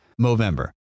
Movember